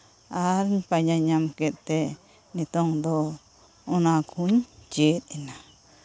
ᱟᱨ ᱯᱟᱸᱡᱟ ᱧᱟᱢ ᱠᱮᱫᱛᱮ ᱱᱤᱛᱚᱜ ᱫᱚ ᱚᱱᱟᱠᱚᱧ ᱪᱮᱫ ᱮᱱᱟ